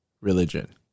religion